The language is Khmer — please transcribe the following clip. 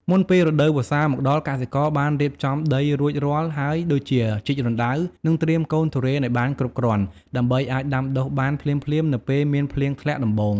មុនពេលរដូវវស្សាមកដល់ កសិករបានរៀបចំដីរួចរាល់ហើយដូចជា ជីករណ្តៅ និងត្រៀមកូនទុរេនឱ្យបានគ្រប់គ្រាន់ ដើម្បីអាចដាំដុះបានភ្លាមៗនៅពេលមានភ្លៀងធ្លាក់ដំបូង។